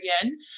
again